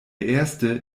erste